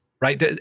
right